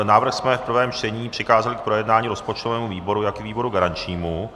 Návrh jsme v prvém čtení přikázali k projednání rozpočtovému výboru jako výboru garančnímu.